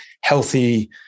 healthy